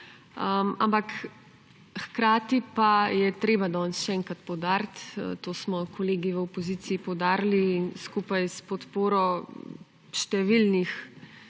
Ampak hkrati pa je treba danes še enkrat poudariti, to smo kolegi v opoziciji poudarili in skupaj s podporo številnih